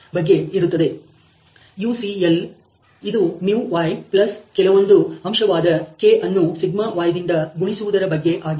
UCL ಇದು y plus ಕೆಲವೊಂದು ಅಂಶವಾದ k ಅನ್ನು y ದಿಂದ ಗುಣಿಸುವುದರ ಬಗ್ಗೆ ಆಗಿದೆ